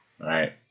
Right